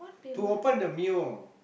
to open the mail